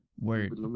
word